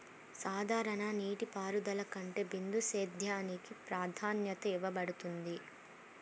సాధారణ నీటిపారుదల కంటే బిందు సేద్యానికి ప్రాధాన్యత ఇవ్వబడుతుంది